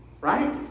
right